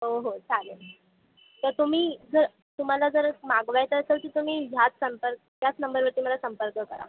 हो हो चालेल तर तुम्ही जर तुम्हाला जर मागवायचं असेल तर तुम्ही ह्याच संपर्क ह्याच नंबरवरती मला संपर्क करा